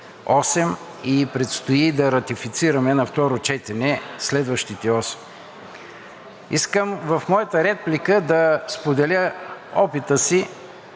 и предстои да ратифицираме на второ четене следващите осем. Искам в моята реплика да споделя опита си